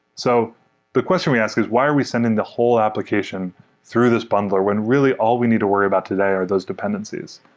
so the question we ask is why are we sending the whole application through this bundler when really all we need to worry about today are those dependencies.